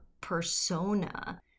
persona